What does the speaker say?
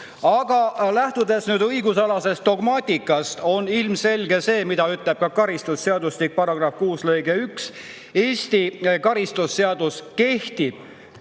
Aga lähtudes õigusalasest dogmaatikast, on ilmselge see, mida ütleb karistusseadustiku § 6 lõige 1: Eesti karistusseadustik kehtib